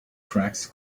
tracks